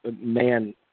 man